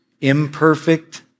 imperfect